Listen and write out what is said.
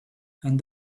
and